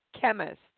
Chemist